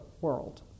world